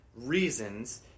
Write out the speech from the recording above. reasons